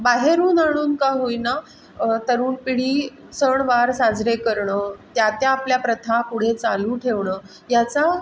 बाहेरून आणून का होईना तरुण पिढी सणवार साजरे करणं त्या त्या आपल्या प्रथा पुढे चालू ठेवणं याचा